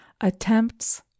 Attempts